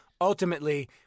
ultimately